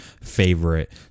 favorite